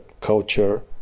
culture